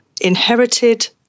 inherited